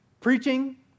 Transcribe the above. Preaching